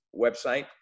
website